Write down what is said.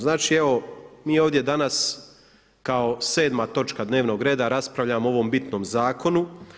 Znači evo mi ovdje danas kao 7. točka dnevnog reda raspravljamo o ovom bitnom zakonu.